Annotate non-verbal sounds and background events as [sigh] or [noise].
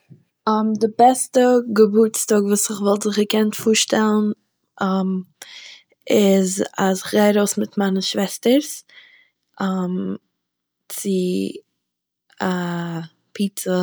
[hesitation] די בעסטע געבורטס טאג וואס איך וואלט זיך געקענט פארשטעלן [hesitation] איז אז איך גיי ארויס מיט מיינע שוועסטערס [hesitation] צו א פיצא